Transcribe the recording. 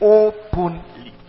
openly